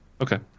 Okay